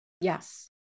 Yes